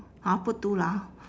hor put two lah